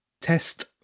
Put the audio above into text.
Test